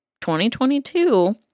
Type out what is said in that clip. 2022